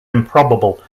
improbable